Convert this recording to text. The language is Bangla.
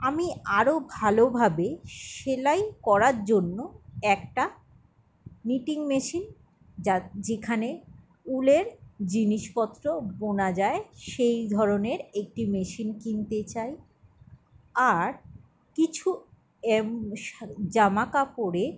আমি আরও ভালোভাবে সেলাই করার জন্য একটা নিটিং মেশিন যা যেখানে উলের জিনিসপত্র বোনা যায় সেই ধরনের একটি মেশিন কিনতে চাই আর কিছু জামাকাপড়ে